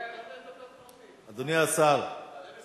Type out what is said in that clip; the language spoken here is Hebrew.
דיון מהיר בהצעתם של חברי הכנסת ג'מאל זחאלקה וחנא